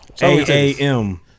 A-A-M